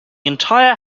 entire